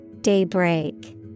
Daybreak